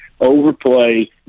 Overplay